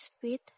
speed